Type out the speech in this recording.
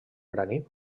granit